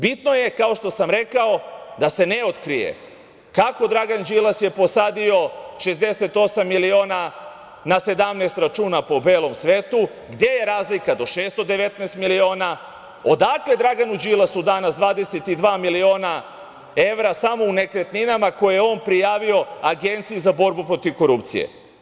Bitno je, kao što sam rekao, da se ne otkrije kako je Dragan Đilas posadio 68 miliona na 17 računa po belom svetu, gde je razlika do 619 miliona, odakle Draganu Đilasu danas 22 miliona evra samo u nekretninama koje je on prijavio Agenciji za borbu protiv korupcije.